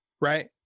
right